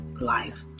life